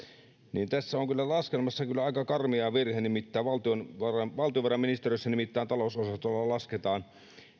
tässä laskelmassa on kyllä aika karmea virhe nimittäin valtiovarainministeriössä talousosastolla lasketaan